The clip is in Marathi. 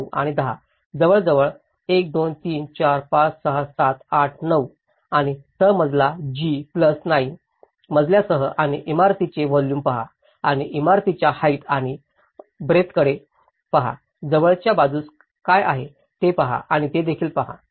9 10 जवळजवळ 1 2 3 4 5 6 7 8 9 आणि तळ मजला G प्लस 9 मजल्यांसह आणि इमारतीचे व्हॉल्युम पहा आणि इमारतीच्या हाईट आणि ब्रेअथकडे पहा जवळपासच्या बाजूस काय आहे ते पहा आणि ते देखील पहा